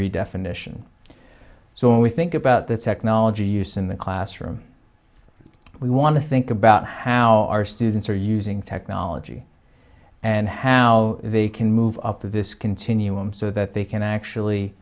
redefinition so when we think about the technology used in the classroom we want to think about how our students are using technology and how they can move up this continuum so that they can actually